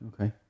Okay